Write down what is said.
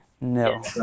No